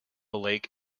lake